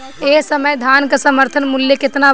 एह समय धान क समर्थन मूल्य केतना बा?